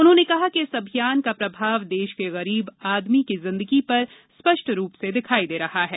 उन्होंने कहा कि इस अभियान का प्रभाव देश के गरीब आदमी की जिंदगी पर स्पष्ट रूप से दिखाई दे रहा है